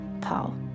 Paul